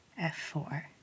F4